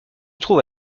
trouve